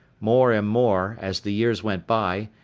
more and more, as the years went by,